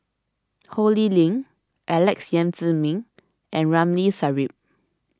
Ho Lee Ling Alex Yam Ziming and Ramli Sarip